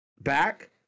back